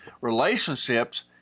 Relationships